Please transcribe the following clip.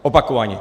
Opakovaně!